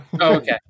okay